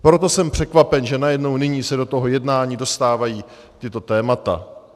Proto jsem překvapen, že najednou nyní se do toho jednání dostávají tato témata.